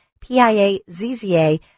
P-I-A-Z-Z-A